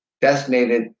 Designated